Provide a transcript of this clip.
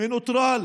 מנוטרל